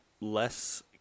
Less